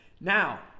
Now